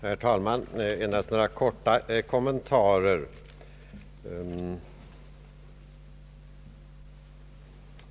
Herr talman! Endast några korta kommentarer.